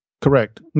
Correct